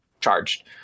charged